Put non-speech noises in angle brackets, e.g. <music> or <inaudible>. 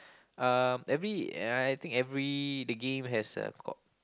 uh every <noise> I think every the game has a got